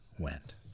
went